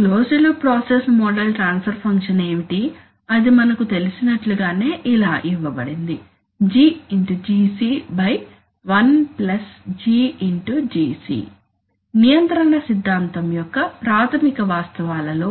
ఇప్పుడు closed loop process model transfer function ఏమిటి అది మనకు తెలిసినట్లుగానే ఇలా ఇవ్వబడింది GGc 1GGc నియంత్రణ సిద్ధాంతం యొక్క ప్రాధమిక వాస్తవాలలో